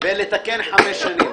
ולתקן חמש שנים.